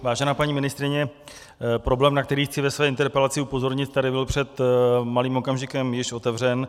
Vážená paní ministryně, problém, na který chci ve své interpelaci upozornit, tady byl před malým okamžikem již otevřen.